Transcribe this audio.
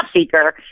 seeker